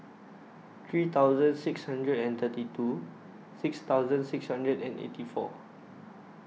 three thousand six hundred and thirty two six thousand six hundred and eighty four